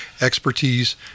expertise